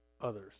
others